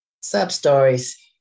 sub-stories